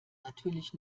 natürlich